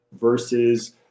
versus